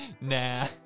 Nah